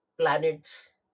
planets